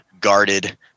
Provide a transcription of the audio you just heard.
guarded